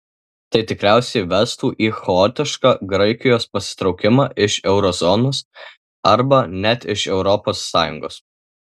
tai tikriausiai vestų į chaotišką graikijos pasitraukimą iš euro zonos arba net iš europos sąjungos